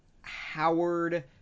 Howard